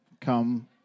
come